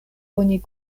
oni